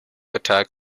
attack